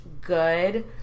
good